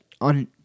on